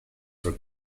for